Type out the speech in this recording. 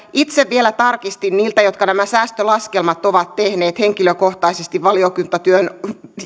itse vielä tarkistin heiltä jotka nämä säästölaskelmat ovat tehneet henkilökohtaisesti valiokuntatyön